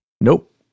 Nope